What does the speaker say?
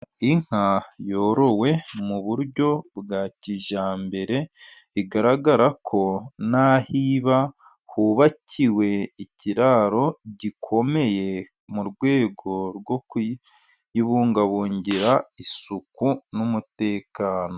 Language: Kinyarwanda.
Inka yorowe mu buryo bwa kijyambere bigaragara ko n'aho iba hubakiwe ikiraro gikomeye , mu rwego rwo kuyibungabungira isuku n'umutekano.